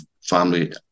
family